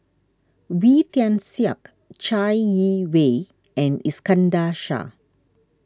Wee Tian Siak Chai Yee Wei and Iskandar Shah